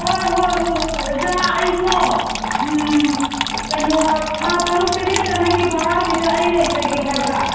ꯍꯣꯏ ꯍꯣꯏ ꯍꯣꯏ ꯍꯣꯏ ꯑꯣꯖꯥ ꯑꯩꯗꯣ ꯀꯩꯅꯣ ꯊꯥ ꯇꯔꯨꯛ ꯇꯔꯦꯠꯇ ꯅꯪꯒꯤ ꯚꯥꯔꯥꯁꯤꯗ ꯑꯩ ꯂꯩꯖꯒꯦ ꯍꯥꯏꯕ